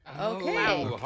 okay